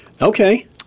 Okay